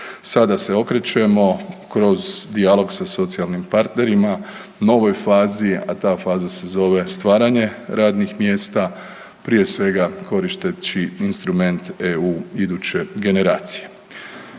Sada se okrećemo kroz dijalog sa socijalnim partnerima, novoj fazi, a ta faza se zove stvaranje radnih mjesta, prije svega, koristeći instrument EU iduće generacije.